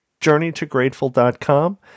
journeytograteful.com